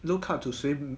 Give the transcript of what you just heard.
look up to 谁